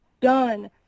done